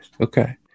okay